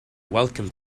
welcomed